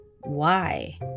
Why